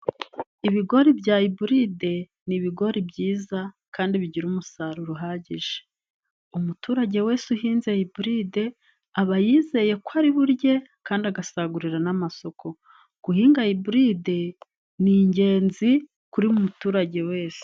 Ibigori bya iburide ni ibigori byiza kandi bigira umusaruro uhagije. Umuturage wese uhinze iburide aba yizeye ko ari burye kandi agasagurira n'amasoko. Guhinga iburide ni ingenzi kuri buri muturage wese.